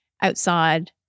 outside